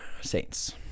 Saints